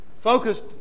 focused